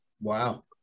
Wow